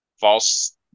false